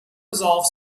resolve